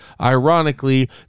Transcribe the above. ironically